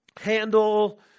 handle